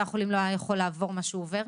החולים לא היה יכול לעבור מה שהוא עובר.